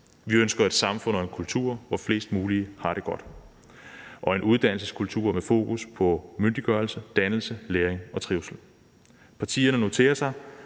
Vi ønsker et samfund og en kultur, hvor flest mulige har det godt, og en uddannelseskultur med fokus på myndiggørelse, dannelse, læring og trivsel. Partierne noterer sig,